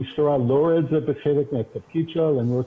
המשטרה לא רואה את זה כחלק מהתפקיד שלה למרות